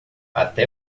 até